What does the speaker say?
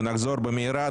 ונחזור במהרה,